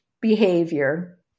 behavior